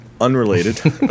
unrelated